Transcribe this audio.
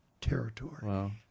territory